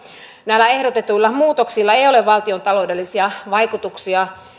näillä ehdotetuilla muutoksilla ei ole valtiontaloudellisia vaikutuksia